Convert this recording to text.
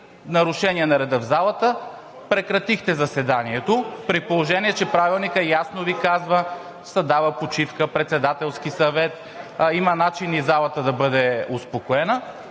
нарушение на реда в залата, прекратихте заседанието, при положение че Правилникът ясно Ви казва, че се дава почивка, Председателски съвет, има начини залата да бъде успокоена,